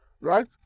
Right